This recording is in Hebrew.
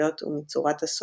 וצרפתיות ומצורת הסונאטה.